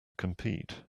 compete